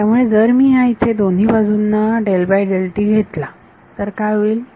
त्यामुळे जर मी ह्या इथे दोन्ही बाजूंना घेतला तर काय होईल